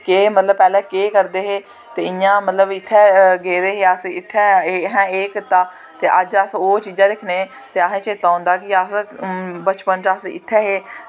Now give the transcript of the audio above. केह् मतलब पैह्लें केह् करदे हे ते इ'यां मतलब इत्थै गेदे हे अस इत्थै असें एह् कीता ते अज्ज अस ओह् चीजां दिक्खने ते असें चेत्ता औंदा कि अस बचपन च अस अच्छे हे